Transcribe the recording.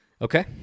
Okay